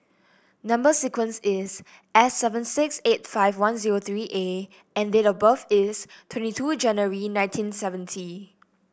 number sequence is S seven six eight five one zero three A and date of birth is twenty two January nineteen seventy